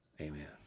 amen